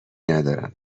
ندارم